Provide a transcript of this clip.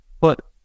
But-